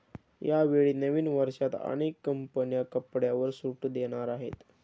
यावेळी नवीन वर्षात अनेक कंपन्या कपड्यांवर सूट देणार आहेत